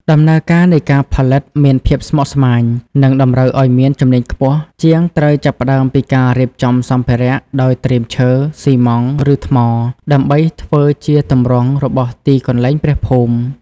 ដំណើរការនៃការផលិតមានភាពស្មុគស្មាញ និងតម្រូវឲ្យមានជំនាញខ្ពស់ ជាងត្រូវចាប់ផ្ដើមពីការរៀបចំសម្ភារៈ ដោយត្រៀមឈើ ស៊ីម៉ងត៍ ឬថ្ម ដើម្បីធ្វើជាទម្រង់របស់ទីកន្លែងព្រះភូមិ។